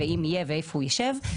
ואם יהיה ואיפה הוא יישב,